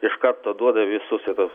iš karto duoda visus ir